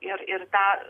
ir ir tą